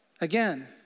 Again